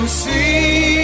see